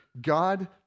God